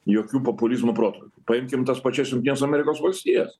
jokių populizmo protrūkių paimkim tas pačias jungtines amerikos valstijas